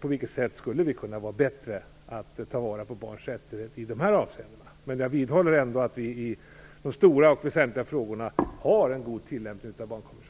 På vilket sätt skulle vi kunna vara bättre på att ta vara på barns rättigheter i dessa avseenden? Jag vidhåller ändå att vi i de stora och väsentliga frågorna har en god tillämpning av barnkonventionen.